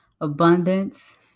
abundance